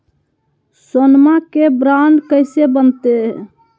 सोनमा के बॉन्ड कैसे बनते?